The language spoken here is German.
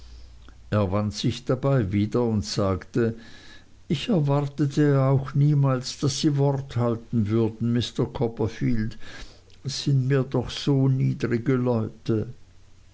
er wand sich dabei wieder und sagte ich erwartete ja auch niemals daß sie wort halten würden mr copperfield sin mir doch so niedrige leute